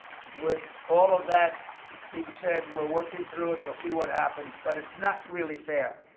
with all of that being said, we're working through it. we'll see what happens. but it's not really fair.